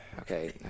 Okay